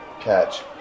catch